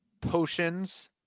potions